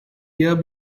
year